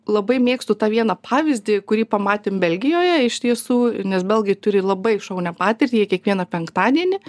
labai mėgstu tą vieną pavyzdį kurį pamatėm belgijoje iš tiesų nes belgai turi labai šaunią patirtį jie kiekvieną penktadienį